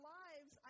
lives